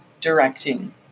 directing